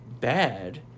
bad